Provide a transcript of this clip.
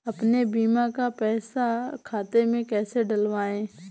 अपने बीमा का पैसा खाते में कैसे डलवाए?